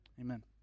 amen